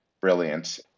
brilliant